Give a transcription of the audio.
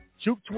juke